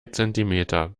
zentimeter